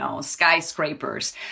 skyscrapers